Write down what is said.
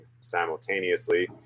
simultaneously